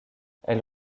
elle